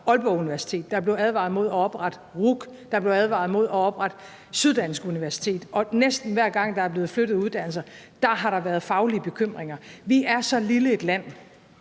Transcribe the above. Aalborg Universitet, der blev advaret imod at oprette RUC, og der blev advaret imod at oprette Syddansk Universitet. Og næsten hver gang der er blevet flyttet uddannelser, har der været faglige bekymringer. Vi er så lille et land,